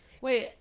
wait